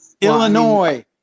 Illinois